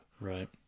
Right